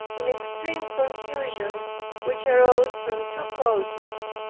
in extreme confusion which arose from two causes.